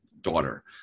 daughter